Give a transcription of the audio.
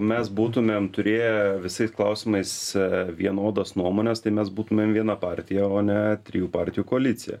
mes būtumėm turėję visais klausimais vienodas nuomones tai mes būtumėm viena partija o ne trijų partijų koalicija